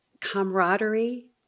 camaraderie